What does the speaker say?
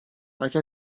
erken